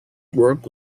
work